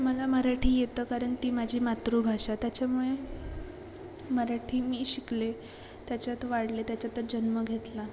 मला मराठी येतं कारण ती माझी मातृभाषा त्याच्यामुळे मराठी मी शिकले त्याच्यात वाढले त्याच्यातच जन्म घेतला